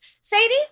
Sadie